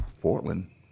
Portland